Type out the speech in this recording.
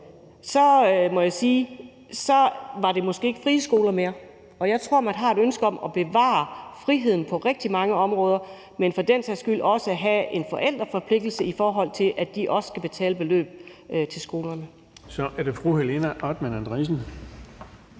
den op til 100, var de måske ikke frie skoler mere. Jeg tror, man har et ønske om at bevare friheden på rigtig mange områder, men for den sags skyld også om at have en forældreforpligtelse, i forhold til at de også skal betale et beløb til skolerne. Kl. 17:24 Den fg. formand (Erling